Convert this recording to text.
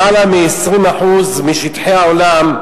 למעלה מ-20% משטחי העולם,